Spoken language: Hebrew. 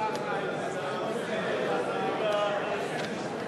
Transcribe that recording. הצעת סיעות מרצ העבודה להביע